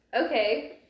okay